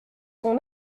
sont